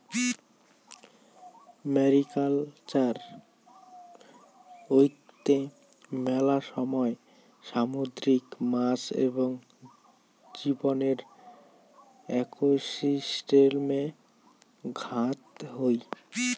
mariculture কৈত্তে মেলা সময় সামুদ্রিক মাছ এবং জীবদের একোসিস্টেমে ঘাত হই